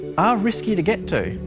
are risky to get to.